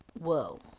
Whoa